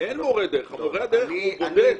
אין מורה דרך, מורה הדרך הוא בודד.